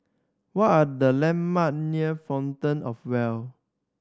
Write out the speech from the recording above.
what are the landmark near Fountain Of Wealth